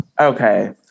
okay